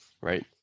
right